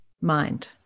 mind